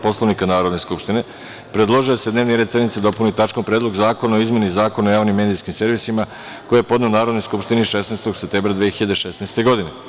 Poslovnika Narodne skupštine, predložio je da se dnevni red sednice dopuni tačkom – Predlog zakona o izmeni Zakona o javnim medijskim servisima, koji je podneo Narodnoj skupštini 16. septembra 2016. godine.